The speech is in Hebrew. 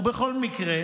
ובכל מקרה